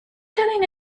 getting